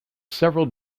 several